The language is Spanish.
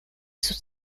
sus